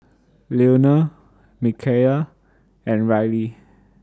Leonel Micayla and Riley